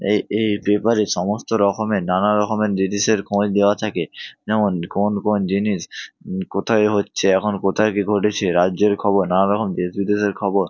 এই এই পেপারে সমস্ত রকমের নানা রকমের জিনিসের খোঁজ দেওয়া থাকে যেমন কোন কোন জিনিস কোথায় হচ্ছে এখন কোথায় কী ঘটেছে রাজ্যের খবর নানা রকম দেশ বিদেশের খবর